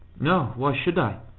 no. why should i?